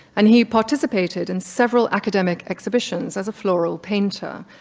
and he participated in several academic exhibitions as a flora painter.